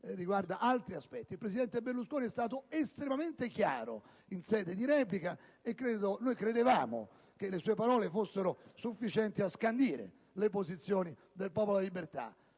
il presidente Berlusconi è stato estremamente chiaro in sede di replica. Noi credevamo, quindi, che le sue parole fossero sufficienti a scandire le posizioni del Popolo della Libertà.